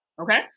Okay